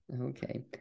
Okay